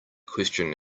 question